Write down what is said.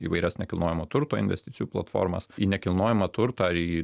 įvairias nekilnojamo turto investicijų platformas į nekilnojamą turtą į